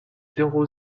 zéro